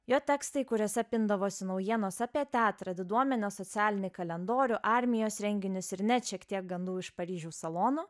jo tekstai kuriuose pindavosi naujienos apie teatrą diduomenės socialinį kalendorių armijos renginius ir net šiek tiek gandų iš paryžiaus salonų